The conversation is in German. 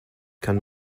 kann